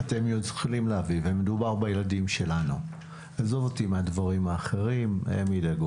אני יכול באמת לדבר על זה מהבוקר עד הלילה,